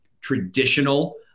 traditional